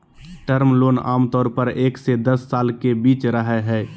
term loan आमतौर पर एक से दस साल के बीच रहय हइ